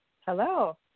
Hello